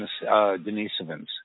Denisovans